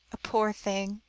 a poor thing?